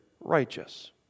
righteous